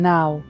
Now